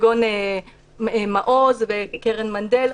כמו מעוז וקרן מנדל.